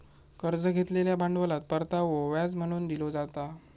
कर्ज घेतलेल्या भांडवलात परतावो व्याज म्हणून दिलो जाता